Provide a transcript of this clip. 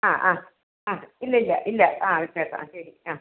ആ ആ ആ ഇല്ല ഇല്ല ഇല്ല ആ വച്ചേക്കാം ആ ശരി ആ